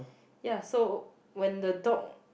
ya so when the dog